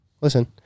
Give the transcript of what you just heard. listen